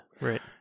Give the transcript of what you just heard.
right